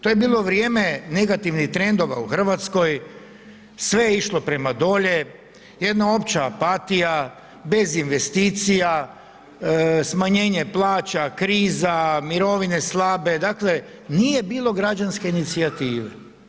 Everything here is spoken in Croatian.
To je bilo vrijeme negativnih trendova u Hrvatskoj, sve je išlo prema dolje, jedna opća apatija, bez investicija, smanjenje plaća, kriza, mirovine slabe dakle nije bilo građanske inicijative.